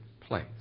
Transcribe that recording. place